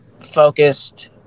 focused